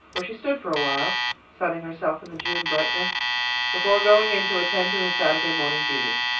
where she stood for awhile sunning herself in the june brightness before going in to attend to her saturday morning duties.